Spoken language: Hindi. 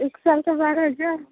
एक साल का बारह हजार